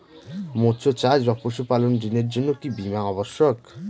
মৎস্য চাষ বা পশুপালন ঋণের জন্য কি বীমা অবশ্যক?